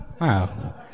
Wow